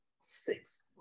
Six